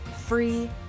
free